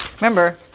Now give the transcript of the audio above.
remember